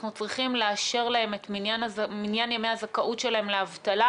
אנחנו צריכים לאשר להם את מניין ימי הזכאות שלהם לאבטלה